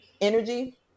Energy